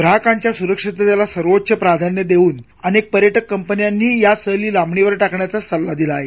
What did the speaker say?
ग्राहकांच्या सुरक्षिततेला सर्वोच्च प्राधान्य देऊन अनेक पर्यटक कपन्यांनीही या सहली लांबणीवर टाकण्याचाच सल्ला दिला आहे